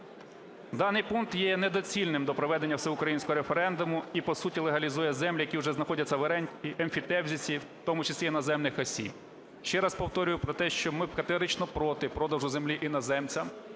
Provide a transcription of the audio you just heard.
даний пункт є недоцільним до проведення всеукраїнського референдуму і по суті легалізує землі, які вже знаходяться в оренді, емфітевзисі, в тому числі іноземних осіб. Ще раз повторюю про те, що ми категорично проти продажу землі іноземцям,